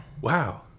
Wow